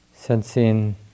Sensing